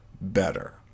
better